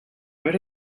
where